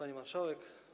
Pani Marszałek!